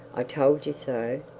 i told you so!